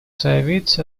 заявить